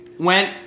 went